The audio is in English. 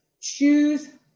choose